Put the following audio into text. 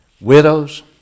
widows